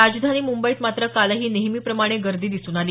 राजधानी मुंबईत मात्र कालही नेहमीप्रमाणे गर्दी दिसून आली